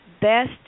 best